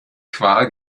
qual